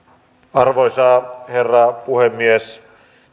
arvoisa herra puhemies